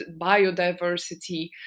biodiversity